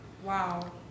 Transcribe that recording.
wow